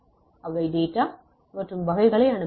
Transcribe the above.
அவை டேட்டா மற்றும் வகைகளை அனுப்ப வேண்டும்